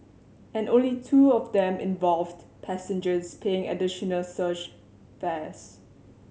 and only two of them involved passengers paying additional surge fares